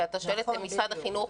שאתה שואל את משרד החינוך.